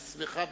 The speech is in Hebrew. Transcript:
היא שמחה בחלקה.